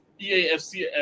EAFC